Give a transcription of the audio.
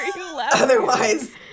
Otherwise